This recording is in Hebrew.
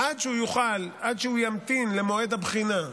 עד שהוא יוכל, עד שהוא ימתין למועד הבחינה,